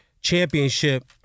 championship